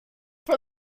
for